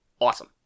awesome